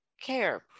care